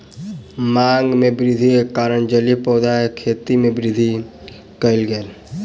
मांग में वृद्धि के कारण जलीय पौधा के खेती में वृद्धि कयल गेल